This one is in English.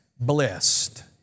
blessed